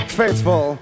faithful